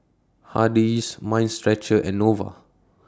Hardy's Mind Stretcher and Nova